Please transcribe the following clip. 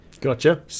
Gotcha